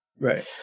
Right